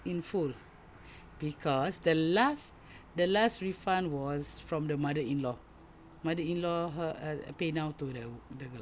in full cause the last the last refund was from the mother-in-law mother-in-law her uh PayNow to the the girl